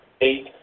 Eight